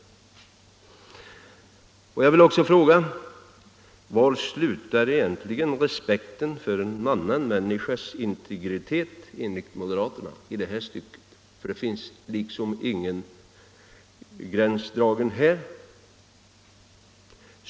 Jag vill också fråga: Var slutar egentligen respekten för en annan människas integritet enligt moderaterna? Det finns liksom ingen gräns dragen här.